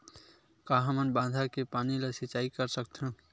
का हमन बांधा के पानी ले सिंचाई कर सकथन?